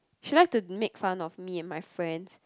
she like to make fun of me and my friends